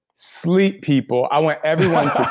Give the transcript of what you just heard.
sleep people. i want everyone